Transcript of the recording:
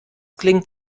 klingt